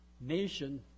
nation